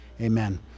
Amen